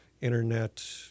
internet